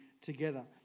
together